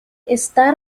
está